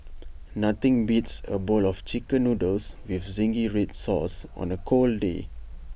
nothing beats A bowl of Chicken Noodles with Zingy Red Sauce on A cold day